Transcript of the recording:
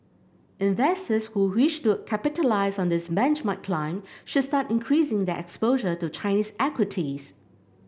investors who wish to capitalise on this benchmark climb should start increasing their exposure to Chinese equities